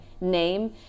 name